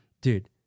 Dude